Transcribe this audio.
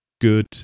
good